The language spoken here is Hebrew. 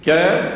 כן.